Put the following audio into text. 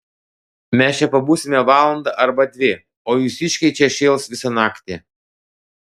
mes čia pabūsime valandą arba dvi o jūsiškiai čia šėls visą naktį